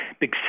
big